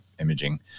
imaging